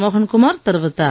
மோகன் குமார் தெரிவித்தார்